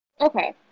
Okay